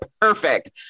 perfect